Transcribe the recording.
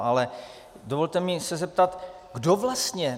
Ale dovolte mi se zeptat, kdo vlastně...